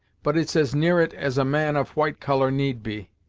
but it's as near it as a man of white colour need be.